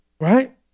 right